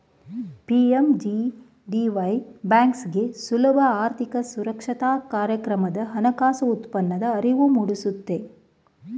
PMJDY ಬ್ಯಾಂಕ್ಸೇವೆಗೆ ಸುಲಭ ಆರ್ಥಿಕ ಸಾಕ್ಷರತಾ ಕಾರ್ಯಕ್ರಮದ ಹಣಕಾಸು ಉತ್ಪನ್ನದ ಅರಿವು ಮೂಡಿಸುತ್ತೆ